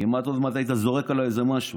כמעט עוד מעט היית זורק עליי איזה משהו,